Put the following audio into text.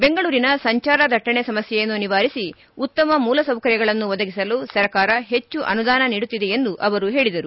ಬೆಂಗಳೂರಿನ ಸಂಚಾರ ದಟ್ಟಣೆ ಸಮಸ್ಟೆಯನ್ನು ನಿವಾರಿಸಿ ಉತ್ತಮ ಮೂಲ ಸೌಕರ್ಯಗಳನ್ನು ಒದಗಿಸಲು ಸರ್ಕಾರ ಹೆಚ್ಚು ಅನುದಾನ ನೀಡುತ್ತಿದೆ ಎಂದು ಅವರು ಹೇಳಿದರು